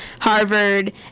Harvard